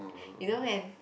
you know then